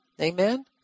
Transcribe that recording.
Amen